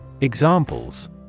Examples